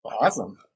Awesome